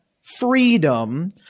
freedom